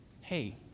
hey